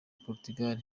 portugal